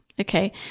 okay